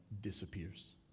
disappears